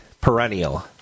perennial